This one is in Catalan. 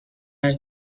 les